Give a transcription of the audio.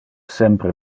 sempre